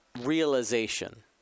realization